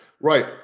Right